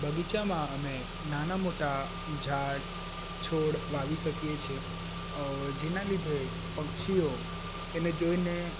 બગીચામાં અમે નાના મોટા ઝાડ છોડ વાવી સકીએ છીએ જેના લીધે પક્ષીઓ એને જોઈને